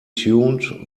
tuned